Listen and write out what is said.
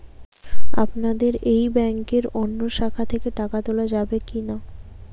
আপনাদের এই ব্যাংকের অন্য শাখা থেকে টাকা তোলা যাবে কি না?